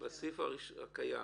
בסעיף הקיים